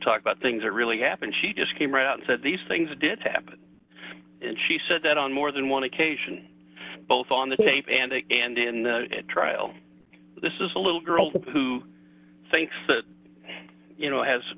talk about things that really happened she just came right out and said these things did happen and she said that on more than one occasion both on the tape and they and in the trial this is a little girl who thinks that you know has